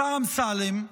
השר אמסלם,